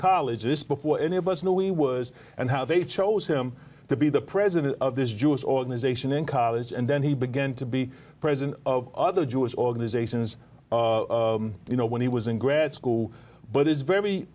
college this before any of us know we was and how they chose him to be the president of this jewish organization in college and then he began to be president of other jewish organizations you know when he was in grad school but it's very